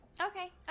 Okay